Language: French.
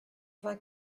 vingt